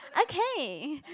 okay